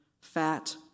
fat